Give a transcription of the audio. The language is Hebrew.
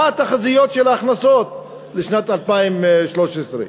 מה התחזיות של ההכנסות לשנת 2013?